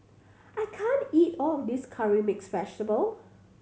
I can't eat all of this curry mix vegetable